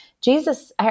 Jesus